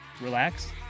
relax